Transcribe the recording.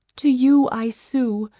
to you i sue,